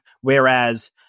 Whereas